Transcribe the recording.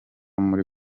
muri